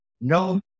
No